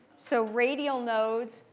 so radial nodes,